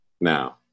now